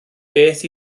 beth